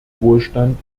wohlstand